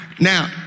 now